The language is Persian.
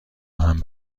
آهن